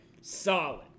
solid